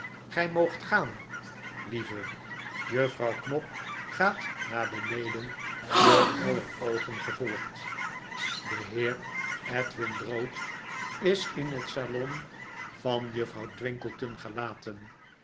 gy moogfc gaan lieve juffrouw knop gaat naar beneden door aller oogen gevolgd de heer edwin drood is in het salon van juffrouw twinkleton gelaten